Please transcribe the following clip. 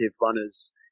runners